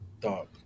Dog